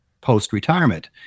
post-retirement